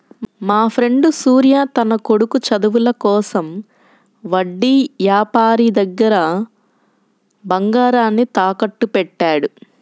మాఫ్రెండు సూర్య తన కొడుకు చదువుల కోసం వడ్డీ యాపారి దగ్గర బంగారాన్ని తాకట్టుబెట్టాడు